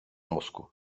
mozku